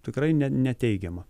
tikrai ne neteigiama